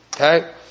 Okay